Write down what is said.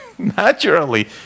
Naturally